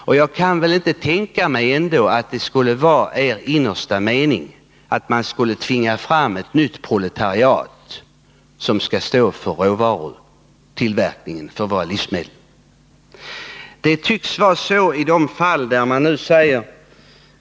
Och jag kan inte tänka mig att det är er innersta mening att man skulle tvinga fram ett nytt proletariat som skulle stå för råvarutillverkningen när det gäller våra livsmedel.